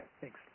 Thanks